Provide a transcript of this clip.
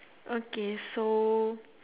okay so